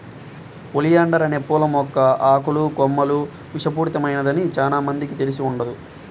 oleander అనే పూల మొక్క ఆకులు, కొమ్మలు విషపూరితమైనదని చానా మందికి తెలిసి ఉండదు